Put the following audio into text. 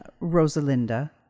Rosalinda